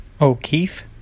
O'Keefe